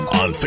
on